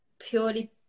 purely